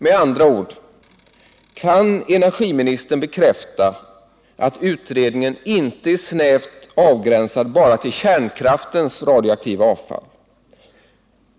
Med andra ord: Kan energiministern bekräfta att utredningen inte är snävt avgränsad till kärnkraftens radioaktiva avfall?